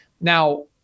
Now